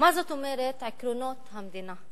ומה זאת אומרת עקרונות המדינה?